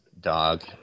dog